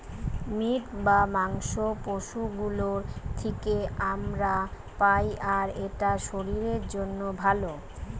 meet বা মাংস পশু গুলোর থিকে আমরা পাই আর এটা শরীরের জন্যে ভালো